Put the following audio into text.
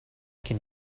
can